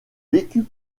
vécut